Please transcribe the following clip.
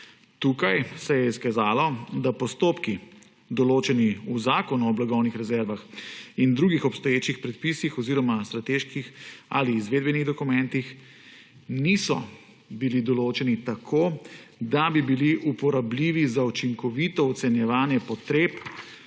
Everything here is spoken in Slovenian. Tukaj se je izkazalo, da postopki, določeni v zakonu o blagovnih rezervah in drugih obstoječih predpisih oziroma strateških ali izvedbenih dokumentih, niso bili določeni tako, da bi bili uporabljivi za učinkovito ocenjevanje potreb